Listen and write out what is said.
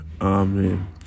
Amen